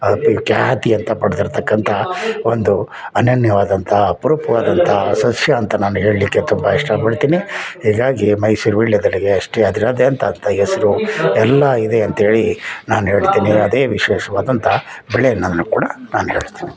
ಅತಿ ಖ್ಯಾತಿ ಅಂತ ಪಡ್ದಿರ್ತಕ್ಕಂಥ ಒಂದು ಅನನ್ಯವಾದಂತಹ ಅಪ್ರೂಪವಾದಂಥ ಸಸ್ಯ ಅಂತ ನಾನು ಹೇಳಲಿಕ್ಕೆ ತುಂಬ ಇಷ್ಟಪಡ್ತೀನಿ ಹೀಗಾಗಿ ಮೈಸೂರು ವೀಳ್ಯದೆಲೆಗೆ ಅಷ್ಟೇ ಅದರದ್ದೆ ಅಂತ ಅರ್ಥ ಹೆಸ್ರು ಎಲ್ಲ ಇದೆ ಅಂತ್ಹೇಳಿ ನಾನು ಹೇಳ್ತೀನಿ ಅದೇ ವಿಶೇಷವಾದಂತಹ ಬೆಳೆ ಅನ್ನೋದ್ನು ಕೂಡ ನಾನು ಹೇಳ್ತೀನಿ